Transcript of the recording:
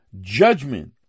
judgment